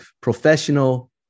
professional